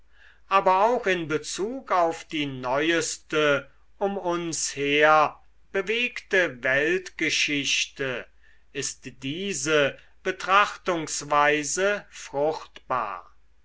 aber auch in bezug auf die neueste um uns her bewegte weltgeschichte ist diese betrachtungsweise fruchtbar